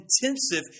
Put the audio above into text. intensive